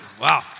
Wow